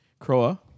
Croa